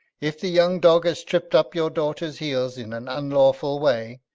if the young dog has tripped up your daughter's heels in an unlawful way,